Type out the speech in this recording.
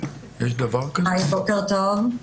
בוקר טוב.